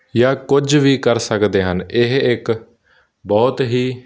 ਜਾਂ ਕੁਝ ਵੀ ਕਰ ਸਕਦੇ ਹਨ ਇਹ ਇੱਕ ਬਹੁਤ ਹੀ